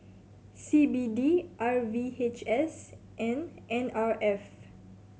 C B D R V H S and N R F